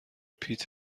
پیت